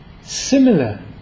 similar